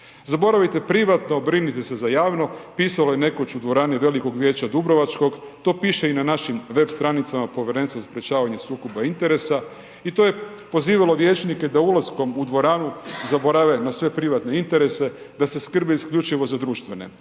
Zaboravite privatno, brinuti se za javno, pisalo je nekoć u dvorani velikog vijeća dubrovačkog, to piše i na našim web stranicama Povjerenstva za sprječavanje sukoba interesa i to je pozivalo vijećnike da ulaskom u dvoranu zaborave na sve privatne interese, da se skrbe isključivo za društvene.